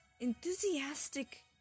enthusiastic